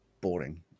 boring